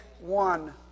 one